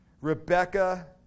Rebecca